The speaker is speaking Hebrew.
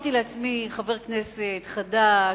אמרתי לעצמי: חבר כנסת חדש,